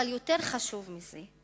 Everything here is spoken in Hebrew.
אבל יותר חשוב מזה.